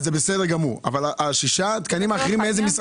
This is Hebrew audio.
אבל מאיפה ירדו ששת התקנים האחרים?